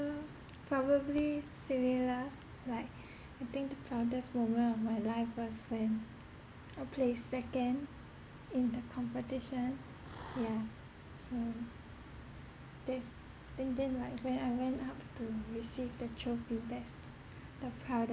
probably similar like I think the proudest moment of my life was when I placed second in the competition yeah so this then then like when I went up to receive the trophy that's the proudest